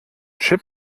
chip